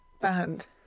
band